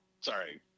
Sorry